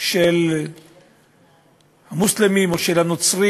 של המוסלמים או של הנוצרים,